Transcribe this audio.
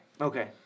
Okay